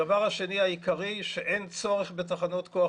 הדבר השני העיקרי הוא שאין צורך בתחנות כוח